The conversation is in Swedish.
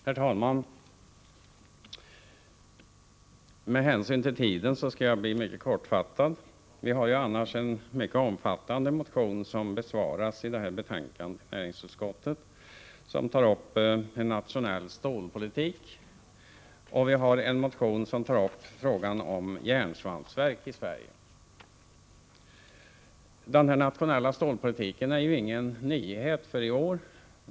Herr talman! Med hänsyn till tiden skall jag fatta mig mycket kort. I detta betänkande från näringsutskottet besvaras annars en mycket omfattande motion från vår sida om en nationell stålpolitik. Vi har också en motion som tar upp frågan om järnsvampsverk i Sverige. Den nationella stålpolitiken är ingen nyhet för i år.